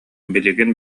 билигин